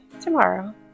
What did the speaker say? tomorrow